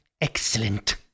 Excellent